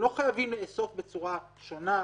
הם לא חייבים לאסוף בצורה שונה,